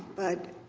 but,